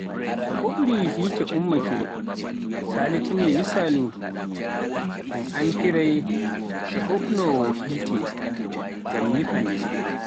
so ɓuuɓri yiite umma ke salitii ni misali, un amfirai e ɓuuɓnoowo yiite ngam nyifa nde.